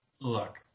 look